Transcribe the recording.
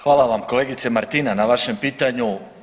Hvala vam kolegice Martina na vašem pitanju.